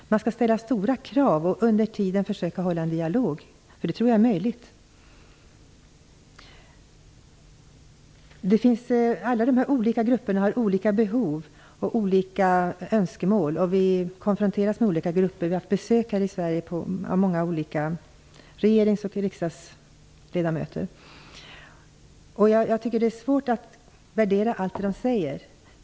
Man skall ställa höga krav och under tiden försöka föra en dialog. Det tror jag är möjligt. Alla de här olika grupperna har olika behov och olika önskemål. Vi konfronteras med olika grupper. Vi har här i Sverige haft besök av många regeringsoch riksdagsledamöter. Jag tycker att det är svårt att värdera allt det som de säger.